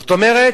זאת אומרת,